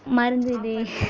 மருந்து இது